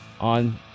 on